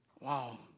Wow